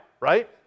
right